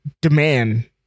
demand